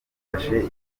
bafashe